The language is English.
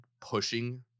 pushing